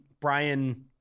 Brian